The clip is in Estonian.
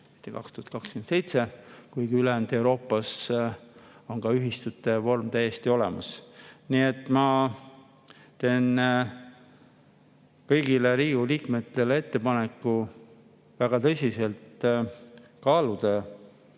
2027 –, kuigi ülejäänud Euroopas on ühistute vorm täiesti olemas. Nii et ma teen kõigile Riigikogu liikmetele ettepaneku väga tõsiselt kaaluda